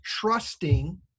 trusting